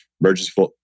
emergency